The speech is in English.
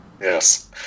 Yes